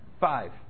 five